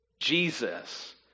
Jesus